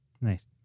Nice